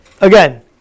Again